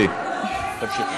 פמיניסטית, פמיניסטית, תתביישי לך.